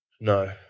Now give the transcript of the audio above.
No